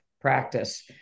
practice